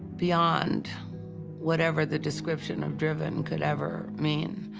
beyond whatever the description of driven could ever mean.